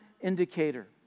indicator